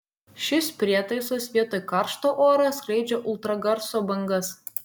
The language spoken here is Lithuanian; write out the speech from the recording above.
šis prietaisas vietoj karšto oro skleidžia ultragarso bangas